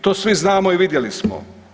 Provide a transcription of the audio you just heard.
To svi znamo i vidjeli smo.